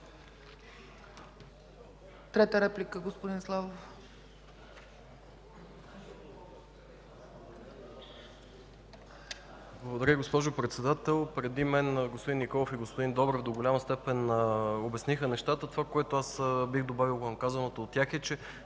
Трета реплика – господин Славов.